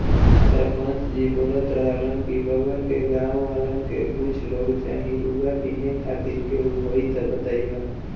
सरपंच जी बोलत रहलन की बगल के गाँव वालन के कुछ लोग चाही रुआ बिने खातिर केहू होइ त बतईह